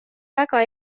väga